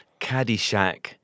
Caddyshack